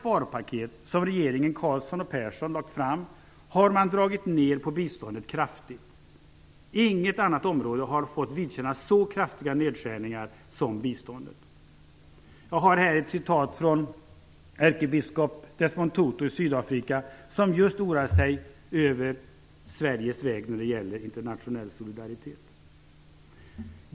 Persson har lagt fram har man dragit ned kraftigt på biståndet. Inget annat område har fått vidkännas så kraftiga nedskärningar som biståndet. Även ärkebiskop Desmond Tutu i Sydafrika har uttalat att han oroar sig över Sveriges väg när det gäller internationell solidaritet.